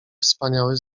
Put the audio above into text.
wspaniały